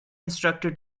instructor